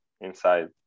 inside